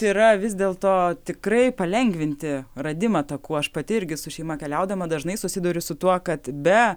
yra vis dėlto tikrai palengvinti radimą takų aš pati irgi su šeima keliaudama dažnai susiduriu su tuo kad be